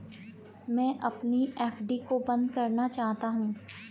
मैं अपनी एफ.डी को बंद करना चाहता हूँ